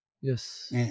Yes